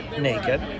naked